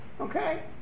Okay